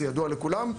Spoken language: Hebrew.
זה ידוע לכולם.